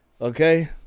okay